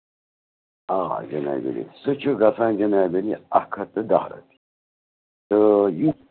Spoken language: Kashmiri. آ جِناب علی سُہ چھُ گژھان جِنابِ علی اَکھ ہَتھ تہٕ دَہ رۄپیہِ تہٕ یہِ